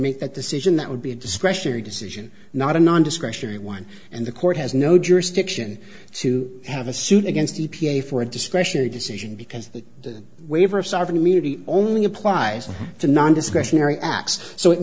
make that decision that would be a discretionary decision not a non discretionary one and the court has no jurisdiction to have a suit against e p a for a discretionary decision because the waiver of sovereign immunity only applies to non discretionary acts so it